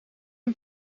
een